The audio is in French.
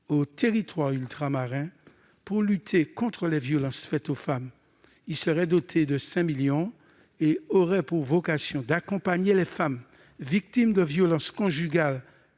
aux territoires ultramarins pour lutter contre les violences faites aux femmes. Ce fonds serait doté de 5 millions d'euros et aurait pour vocation d'accompagner les femmes victimes de violences conjugales